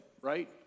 right